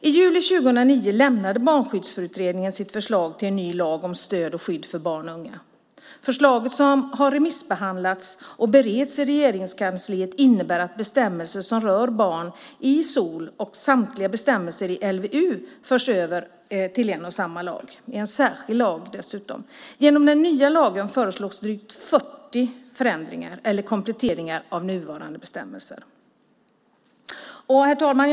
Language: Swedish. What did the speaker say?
I juli 2009 lämnade Barnskyddsutredningen sitt förslag till en ny lag om stöd och skydd för barn och unga. Förslaget, som har remissbehandlats och bereds i Regeringskansliet, innebär att de bestämmelser som rör barn i SoL och samtliga bestämmelser i LVU förs samman i en särskild lag. Genom den nya lagen föreslås drygt 40 förändringar eller kompletteringar av nuvarande bestämmelser. Herr talman!